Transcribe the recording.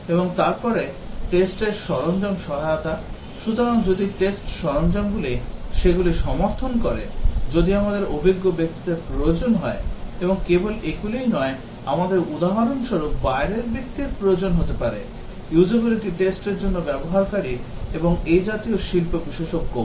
এবং তারপরে test র সরঞ্জাম সহায়তা সুতরাং যদি test সরঞ্জামগুলি সেগুলি সমর্থন করে যদি আমাদের অভিজ্ঞ ব্যক্তিদের প্রয়োজন হয় এবং কেবল এগুলিই নয় আমাদের উদাহরণস্বরূপ বাইরের ব্যক্তির প্রয়োজন হতে পারে usability test র জন্য ব্যবহারকারী এবং এ জাতীয় শিল্প বিশেষজ্ঞও